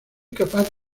capaz